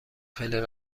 خیلی